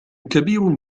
كبير